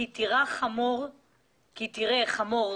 כתוב: כי תראה חמור